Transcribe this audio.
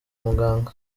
muganga